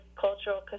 cultural